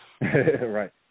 Right